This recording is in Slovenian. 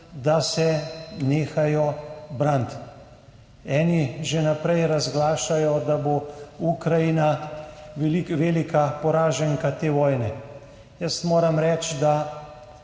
da se nehajo braniti. Eni že vnaprej razglašajo, da bo Ukrajina velika poraženka te vojne. Moram reči, da